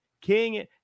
King